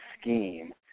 scheme